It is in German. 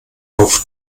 auf